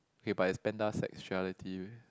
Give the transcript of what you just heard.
K but it's panda sexuality